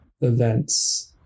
events